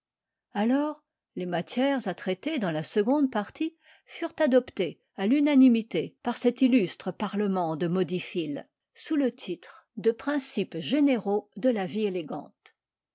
alors les matières à traiter dans la seconde partie furent adoptées à l'unanimité par cet illustre pailement de modiphiles sous le titre de principes généraux de la vie élégante